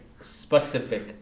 specific